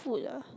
food ah